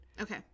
Okay